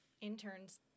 interns